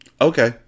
Okay